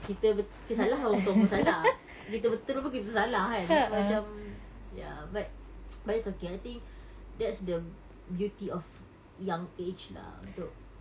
kita bet~ salah memang confirm salah kita betul pun kita salah kan jadi macam ya but but it's okay I think that's the beauty of young age lah untuk